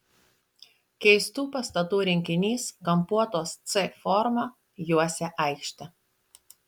keistų pastatų rinkinys kampuotos c forma juosė aikštę